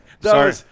sorry